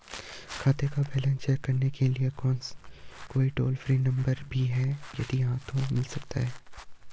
खाते का balance check करने के लिए कोई टॉल फ्री नम्बर भी है यदि हाँ तो मिल सकता है?